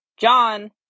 John